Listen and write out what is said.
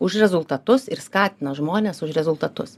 už rezultatus ir skatina žmones už rezultatus